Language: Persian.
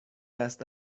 دست